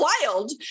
wild